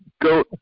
go